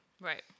right